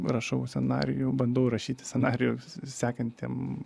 rašau scenarijų bandau rašyti scenarijų sekantiem